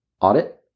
audit